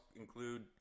include